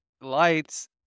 lights